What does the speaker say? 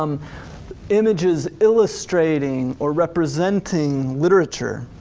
um images illustrating or representing literature.